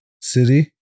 City